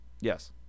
Yes